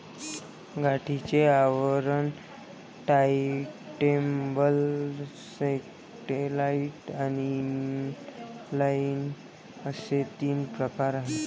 गाठीचे आवरण, turntable, satellite आणि इनलाइन असे तीन प्रकार आहे